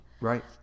Right